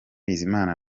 bizimana